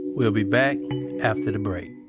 we'll be back after the break